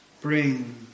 bring